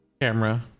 camera